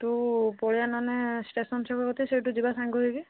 ତୁ ପଳାଇ ଆ ନହେଲେ ଷ୍ଟେସନ ଛକ ସେଇଠୁ ଯିବା ସାଙ୍ଗ ହେଇକି